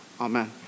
Amen